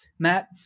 Matt